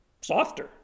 softer